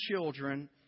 children